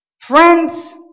Friends